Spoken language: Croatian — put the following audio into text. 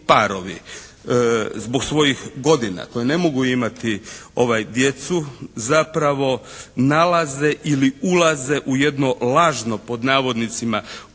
parovi zbog svojih godina koje ne mogu imati djecu, zapravo nalaze ili ulaze u jedno lažno pod navodnicima